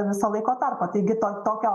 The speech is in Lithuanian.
visą laiko tarpą taigi to tokio